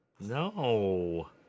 No